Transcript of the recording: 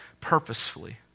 purposefully